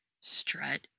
Strut